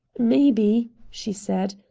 maybe, she said,